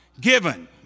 given